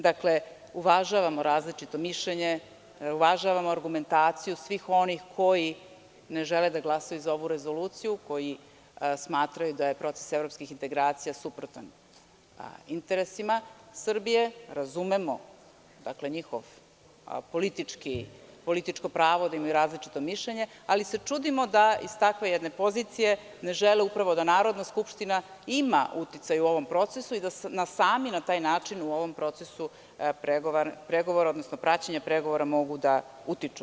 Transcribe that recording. Dakle, uvažavamo različito mišljenje, uvažavamo argumentaciju svih onih koji ne žele da glasaju za ovu rezoluciju, koji smatraju da je proces evropskih integracija suprotan interesima Srbije, razumemo njihovo političko pravo da imaju različito mišljenje, ali se čudimo da iz takve jedne pozicije ne žele upravo da Narodna skupština ima uticaj u ovom procesu i da sami na taj način u ovom procesu pregovora, odnosno praćenja pregovora mogu da utiču.